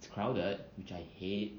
it's crowded which I hate